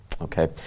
Okay